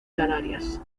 canarias